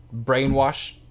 brainwash